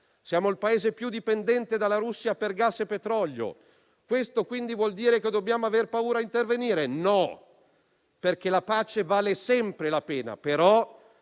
russe e quello più dipendente dalla Russia per gas e petrolio. Questo quindi vuol dire che dobbiamo aver paura di intervenire? No, perché la pace vale sempre la pena, però